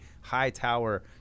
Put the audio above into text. Hightower